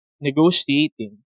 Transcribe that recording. negotiating